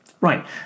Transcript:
Right